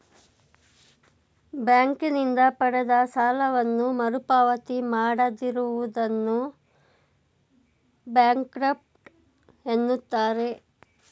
ಬ್ಯಾಂಕಿನಿಂದ ಪಡೆದ ಸಾಲವನ್ನು ಮರುಪಾವತಿ ಮಾಡದಿರುವುದನ್ನು ಬ್ಯಾಂಕ್ರಫ್ಟ ಎನ್ನುತ್ತಾರೆ